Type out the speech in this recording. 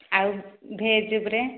ଆଉ ଭେଜ୍ ଉପରେ